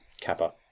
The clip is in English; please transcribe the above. Kappa